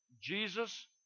Jesus